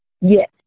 Yes